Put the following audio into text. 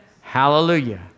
Hallelujah